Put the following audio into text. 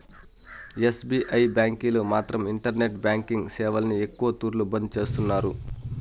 SBI బ్యాంకీలు మాత్రం internet banking సేవల్ని ఎక్కవ తూర్లు బంద్ చేస్తున్నారు